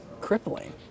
crippling